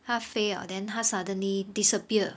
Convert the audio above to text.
它飞 liao then 它 suddenly disappeared